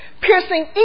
Piercing